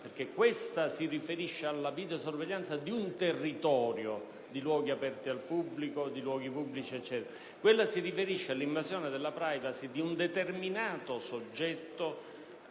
questa si riferisce alla videosorveglianza di un territorio, di luoghi aperti pubblici, di luoghi pubblici eccetera, quella si riferisce all'invasione della *privacy* di un determinato soggetto